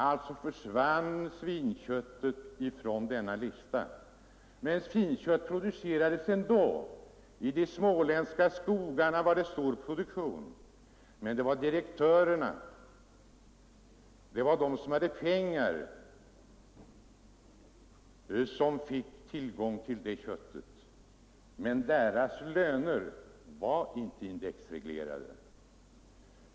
Alltså försvann svinköttet från denna lista. Men svinkött producerades ändå. I de småländska skogarna t.ex. var det stor produktion. Men det var direktörerna, det var de som hade pengar, som fick tillgång till det köttet. Men deras löner var inte indexreglerade.